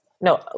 No